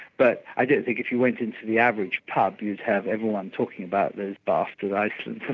but i don't think if you went into the average pub you'd have everyone talking about those bastard icelanders